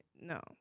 No